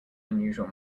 unusual